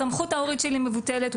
הסמכות ההורית שלי מבוטלת,